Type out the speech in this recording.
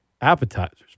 appetizers